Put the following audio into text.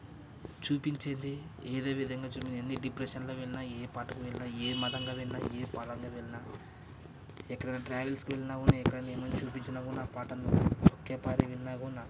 చూపించేది ఏదో విధంగా చూపించింది ఎనీ డిప్రెషన్లో వెళ్ళినా ఏ పాటలు విన్న ఏ మందంగా వెళ్ళినా ఎక్కడైనా ట్రావెల్స్కి వెళ్ళిన కూడా ఎక్కడైనా ఏమైనా చూపించిన కూడా ఆ పాటను